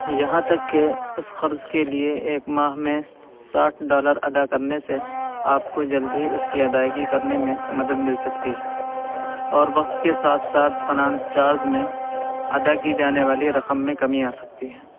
یہاں تک کہ اس قرض کے لیے ایک ماہ میں ساٹھ ڈالر ادا کرنے سے آپ کو جلد ہی اس کی ادائیگی کرنے میں مدد مل سکتی ہے اور وقت کے ساتھ ساتھ فنانس چارج میں ادا کی جانے والی رقم میں کمی آ سکتی ہیں